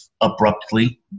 abruptly